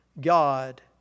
God